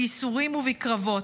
בייסורים ובקורבנות,